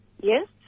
Yes